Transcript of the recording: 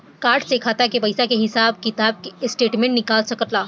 Card से खाता के पइसा के हिसाब किताब के स्टेटमेंट निकल सकेलऽ?